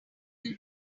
will